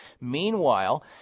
meanwhile